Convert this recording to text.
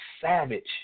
savage